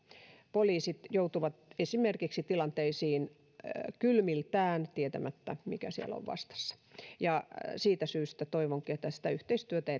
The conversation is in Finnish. poliisit joutuvat esimerkiksi tilanteisiin kylmiltään tietämättä mikä siellä on vastassa siitä syystä toivonkin että yhteistyötä